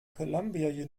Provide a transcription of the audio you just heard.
columbia